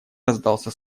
раздался